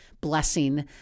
blessing